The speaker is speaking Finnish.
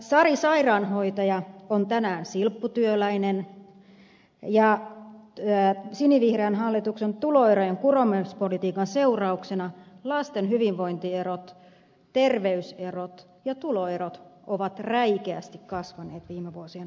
sari sairaanhoitaja on tänään silpputyöläinen ja sinivihreän hallituksen tuloerojen kuromispolitiikan seurauksena lasten hyvinvointierot terveyserot ja tuloerot ovat räikeästi kasvaneet viime vuosien aikana